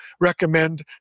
recommend